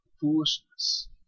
foolishness